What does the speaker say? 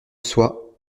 soi